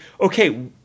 okay